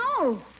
no